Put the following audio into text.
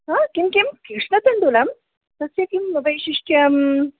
किं किम् उष्मतण्डुलं तस्य किं वैशिष्ट्यम्